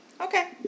okay